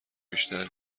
بیشتر